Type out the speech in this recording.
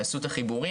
תעשו את החיבורים,